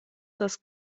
das